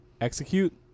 execute